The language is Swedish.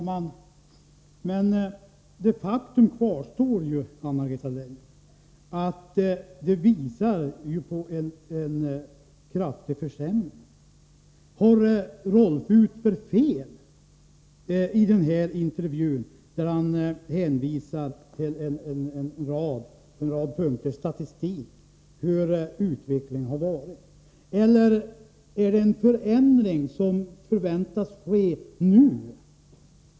Herr talman! Faktum kvarstår, Anna-Greta Leijon, att det är en kraftig försämring. Har Rolf Utberg fel när han i intervjun, under hänvisning till statistiska uppgifter, redogör för utvecklingen? Eller förväntas en förändring ske nu?